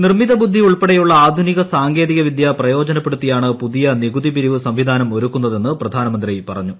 നിർമ്മിത ബുദ്ധി ഉൾപ്പെടെയുള്ള ആധുനിക സാങ്കേതിക വിദ്യ പ്രയോജനപ്പെടുത്തിയാണ് പുതിയ നികുതി പിരിവ് സംവിധാനം ഒരുക്കുന്നതെന്ന് പ്രധാനമന്ത്രി പറഞ്ഞു